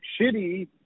shitty